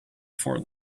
for